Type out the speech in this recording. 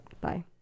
bye